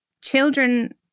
children